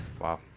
wow